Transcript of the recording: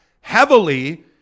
heavily